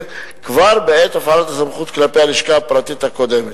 כבר בעת הפעלת הסמכות כלפי הלשכה הפרטית הקודמת.